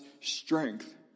strength